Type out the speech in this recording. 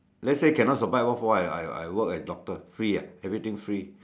let's say cannot survive what for I work as doctor free ah everything free